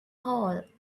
hole